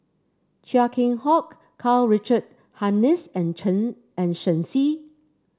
Chia Keng Hock Karl Richard Hanitsch and Chen and Shen Xi